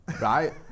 right